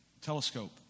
Telescope